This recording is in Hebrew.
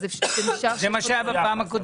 זה מה שהיה בפעם הקודמת.